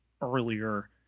earlier